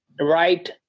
right